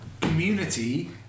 community